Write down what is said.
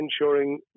ensuring